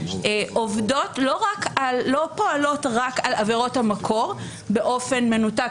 לא פועלות רק על עבירות המקור באופן מנותק,